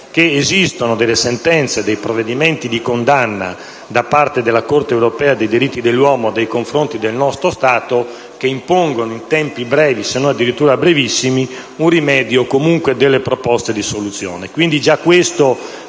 esistono sentenze e provvedimenti di condanna da parte della Corte europea dei diritti dell'uomo nei confronti del nostro Stato che impongono in tempi brevi, se non addirittura brevissimi, un rimedio o comunque proposte di soluzione.